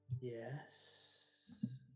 Yes